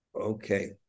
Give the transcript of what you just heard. Okay